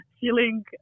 feeling